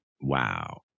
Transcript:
Wow